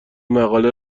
مقاله